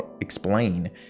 explain